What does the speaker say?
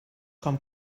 com